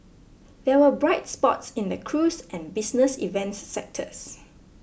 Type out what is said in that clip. there were bright spots in the cruise and business events sectors